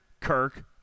Kirk